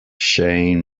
shane